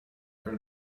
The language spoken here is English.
your